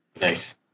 Nice